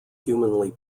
humanly